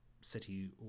city